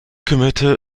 kümmerte